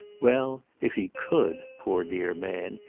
well if he could, poor dear man,